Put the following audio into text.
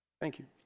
thank you